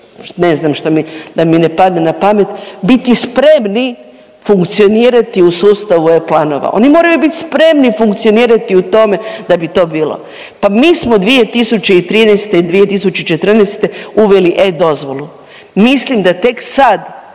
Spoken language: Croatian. ne znam što mi da mi ne padne na pamet, biti spremni funkcionirati u sustavu e-Planova. Oni moraju biti spremni funkcionirati u tome da bi to bilo. Pa mi smo 2013. i 2014. uveli e-Dozvolu, mislim da tek sad